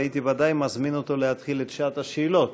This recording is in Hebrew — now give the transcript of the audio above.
הייתי ודאי מזמין אותו להתחיל את שעת השאלות,